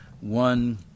one